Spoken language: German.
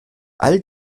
all